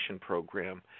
Program